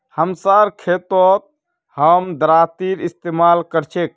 हमसार खेतत हम दरांतीर इस्तेमाल कर छेक